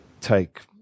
take